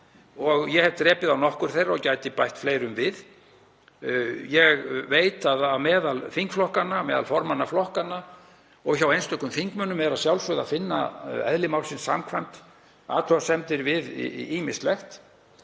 og ég hef drepið á nokkur þeirra og gæti bætt fleirum við. Ég veit að meðal þingflokkanna, meðal formanna flokkanna og hjá einstökum þingmönnum, er að sjálfsögðu að finna eðli málsins samkvæmt athugasemdir við ýmislegt